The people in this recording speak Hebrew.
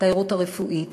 התיירות הרפואית,